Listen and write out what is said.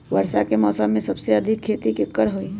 वर्षा के मौसम में सबसे अधिक खेती केकर होई?